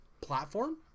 platform